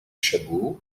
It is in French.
chabaud